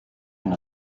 une